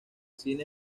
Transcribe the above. cine